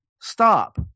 stop